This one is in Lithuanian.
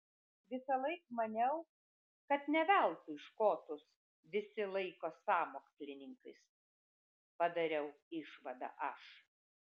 visąlaik maniau kad ne veltui škotus visi laiko sąmokslininkais padariau išvadą aš